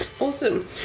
awesome